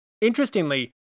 Interestingly